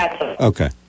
Okay